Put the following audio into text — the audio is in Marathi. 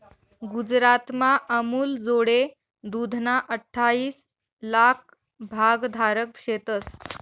गुजरातमा अमूलजोडे दूधना अठ्ठाईस लाक भागधारक शेतंस